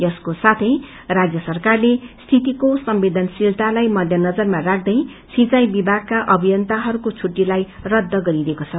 यसको साथै राज्य सरकारले स्थितको संवेदनशीलतालाई मध्यनजरमा राख्दै सिंचाई विभागका अभियन्ताहरूको सबै छुट्टीलाई रद्द गरिदिएको छ